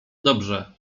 dobrze